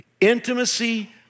Intimacy